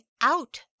out